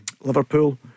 Liverpool